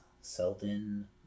Selden